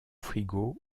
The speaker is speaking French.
frigo